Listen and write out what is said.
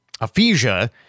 aphasia